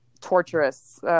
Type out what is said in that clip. torturous